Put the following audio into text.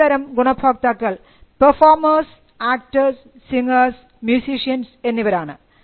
ആദ്യത്തെ തരം ഗുണഭോക്താക്കൾ പെർഫോമേഴ്സ് ആക്ടേഴ്സ് സിംഗേഴ്സ് മ്യുസിഷ്യൻസ് എന്നിവരാണ്